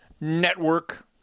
Network